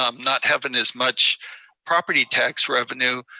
um not having as much property tax revenue.